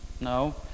No